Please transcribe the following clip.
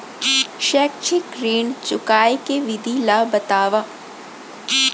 शैक्षिक ऋण चुकाए के विधि ला बतावव